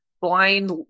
blind